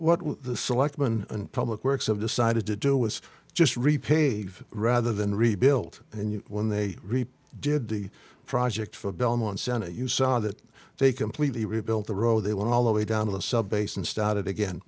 what the selectmen and public works have decided to do was just repave rather than rebuilt and when they reap did the project for belmont senate you saw that they completely rebuilt the road they went all the way down to the sub base and started again